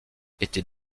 était